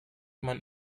man